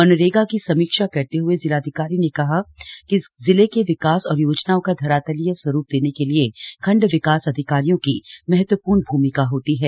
मनरेगा की समीक्षा करते हए जिलाधिकारी ने कहा कि जिले के विकास और योजनाओं का धरातलीय स्वरूप देने के लिए खण्ड विकास अधिकारियों की महत्वपूर्ण भूमिका होती है